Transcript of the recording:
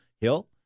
hill